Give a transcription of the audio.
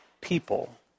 people